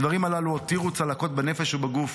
הדברים הללו הותירו צלקות בנפש ובגוף,